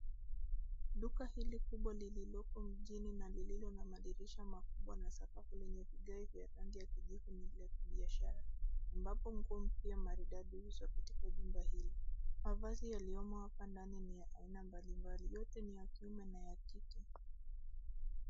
Duka hili kubwa lililoko mjini na lililo na madirisha makubwa na sakafu lenye vigae vya rangi ya kijivu ni la biashara, ambapo nguo mpya maridadi yako katika chumba hili. Mavazi yaliyomo hapa ndani ni ya aina mbalimbali, yote ni ya kiume na ya jike.